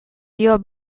dio